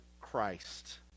Christ